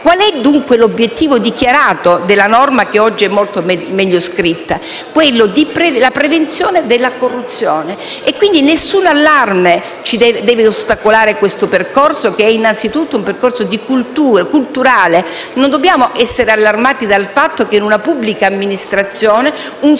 Qual è, dunque, l'obiettivo dichiarato della norma, che oggi è scritta molto meglio? La prevenzione della corruzione; quindi nessun allarme deve ostacolare questo percorso, che è innanzitutto culturale. Non dobbiamo essere allarmati dal fatto che in una pubblica amministrazione un